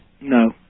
No